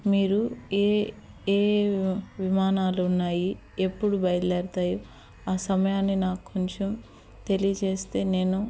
మీరు ఏవేవి విమానాలు ఉన్నాయి ఎప్పుడు బయలుదేరుతాయి ఆ సమయాన్ని నాకు కొంచెం తెలియజేస్తే నేను